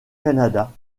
canada